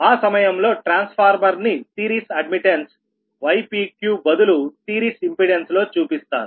ఆ సమయంలో ట్రాన్స్ఫార్మర్ ని సిరీస్ అడ్మిట్టన్స్ ypqబదులు సిరీస్ ఇంపెడెన్స్ లో చూపిస్తారు